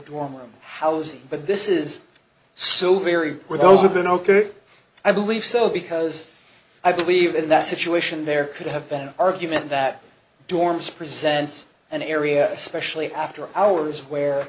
dorm room house but this is so very were those have been ok i believe so because i believe in that situation there could have been an argument that dorms presents an area especially after hours where